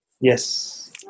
Yes